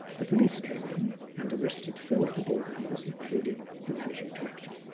the police came in and arrested four of the board members, including the managing director.